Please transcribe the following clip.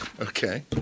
Okay